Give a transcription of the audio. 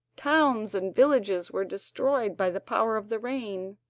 towns and villages were destroyed by the power of the rain,